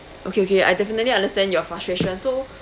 okay okay I definitely understand your frustration so